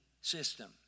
system